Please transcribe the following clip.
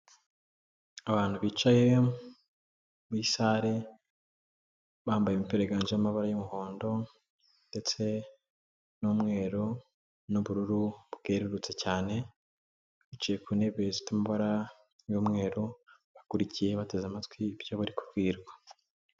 Abantu bicaye muri sale bambaye imipra yiganjemo amabara y'umuhondo ndetse n'umweru n'ubururu bwerurutse cyane, bicaye ku ntebe zifite amabara y'umweru bakurikiye bateze amatwi ibyo bari kubwirwa.